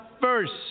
first